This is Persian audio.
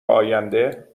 آینده